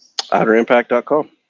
OuterImpact.com